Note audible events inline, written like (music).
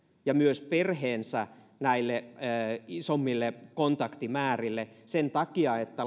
ja myös perheensä isommille kontaktimäärille sen takia että (unintelligible)